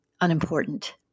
unimportant